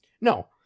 No